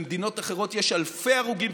במדינות אחרות יש אלפי מתים,